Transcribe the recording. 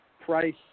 Price